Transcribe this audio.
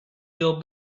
your